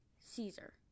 Caesar